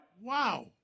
Wow